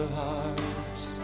hearts